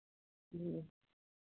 ह्म्म